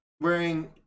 wearing